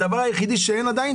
הדבר היחיד שאין עדיין